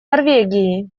норвегии